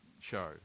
show